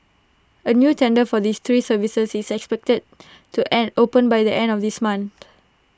A new tender for the three services is expected to and open by the end of this month